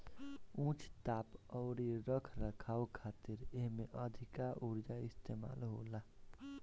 उच्च ताप अउरी रख रखाव खातिर एमे अधिका उर्जा इस्तेमाल होला